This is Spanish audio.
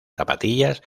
zapatillas